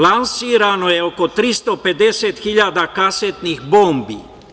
Lansirano je oko 350.000 kasetnih bombi.